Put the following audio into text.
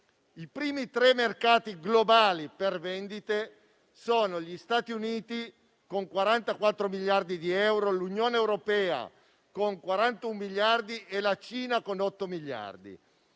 I primi tre mercati globali per vendite sono gli Stati Uniti, con 44 miliardi di euro, l'Unione europea, con 41 miliardi, e la Cina, con 8 miliardi.